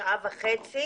שעה וחצי,